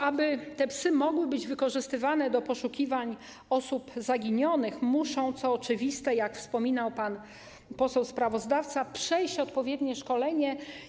Aby te psy mogły być wykorzystywane do poszukiwań osób zaginionych, muszą, co oczywiste, jak wspominał pan poseł sprawozdawca, przejść odpowiednie szkolenie.